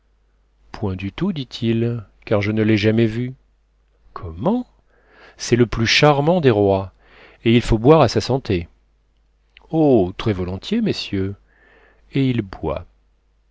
point du tout dit-il car je ne l'ai jamais vu comment c'est le plus charmant des rois et il faut boire à sa santé oh très volontiers messieurs et il boit